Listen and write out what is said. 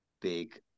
big